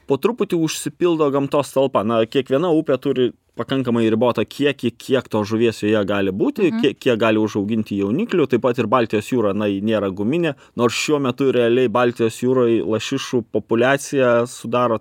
po truputį užsipildo gamtos talpa na kiekviena upė turi pakankamai ribotą kiekį kiek tos žuvies joje gali būti kie kiek gali užauginti jauniklių taip pat ir baltijos jūra na ji nėra guminė nors šiuo metu realiai baltijos jūroj lašišų populiaciją sudaro